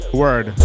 word